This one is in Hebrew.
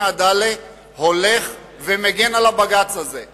"עדאלה" הולכים ומגינים על הבג"ץ הזה.